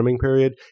period